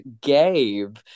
Gabe